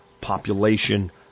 population